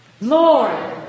Lord